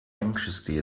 anxiously